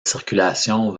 circulation